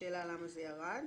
השאלה למה זה ירד.